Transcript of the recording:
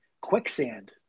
quicksand